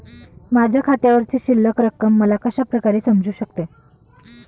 माझ्या खात्यावरची शिल्लक रक्कम मला कशा प्रकारे समजू शकते?